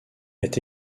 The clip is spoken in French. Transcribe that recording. est